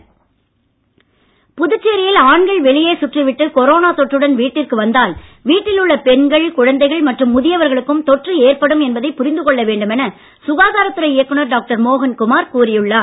மோகன்குமார் புதுச்சேரியில் ஆண்கள் வெளியே சுற்றிவிட்டு கொரோனா தொற்றுடன் வீட்டிற்கு வந்தால் வீட்டில் உள்ள பெண்கள் குழந்தைகள் மற்றும் முதியவர்களுக்கும் தொற்று ஏற்படும் என்பதை புரிந்து கொள்ள வேண்டும் என சுகாதாரத் துறை இயக்குனர் டாக்டர் மோகன் குமார் கூறி உள்ளார்